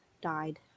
died